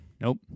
Nope